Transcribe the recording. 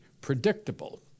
predictable